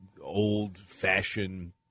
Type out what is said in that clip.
old-fashioned